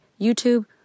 YouTube